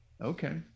Okay